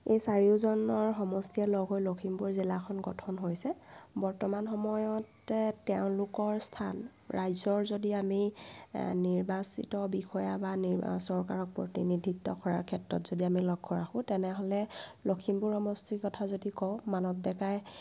এই চাৰিওজনৰ সমষ্টিয়ে লগ হৈ লখিমপুৰ জিলাখন গঠন হৈছে বৰ্তমান সময়তে তেওঁলোকৰ স্থান ৰাইজৰ যদি আমি নিৰ্বাচিত বিষয়া বা নি চৰকাৰক প্ৰতিনিধিত্ব কৰাৰ ক্ষেত্ৰত যদি আমি লক্ষ্য ৰাখোঁ তেনেহ'লে লখিমপুৰ সমষ্টিৰ কথা যদি কওঁ মানৱ ডেকাই